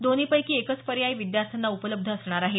दोन्हीपैकी एकच पर्याय विद्यार्थ्यांना उपलब्ध असणार आहे